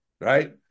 right